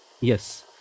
yes